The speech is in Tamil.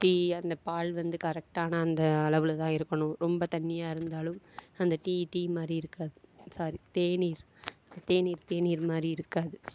டீ அந்த பால் வந்து கரெக்டான அந்த அளவில் தான் இருக்கணும் ரொம்ப தண்ணியாக இருந்தாலும் அந்த டீ டீ மாதிரி இருக்காது சாரி தேநீர் தேநீர் தேநீர் மாதிரி இருக்காது